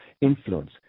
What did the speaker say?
influence